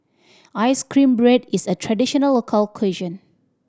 ice cream bread is a traditional local cuisine